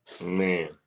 man